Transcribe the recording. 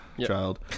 child